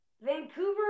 Vancouver